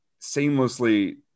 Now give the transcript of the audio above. seamlessly